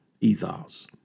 ethos